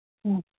हं